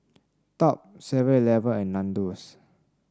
Top Seven Eleven and Nandos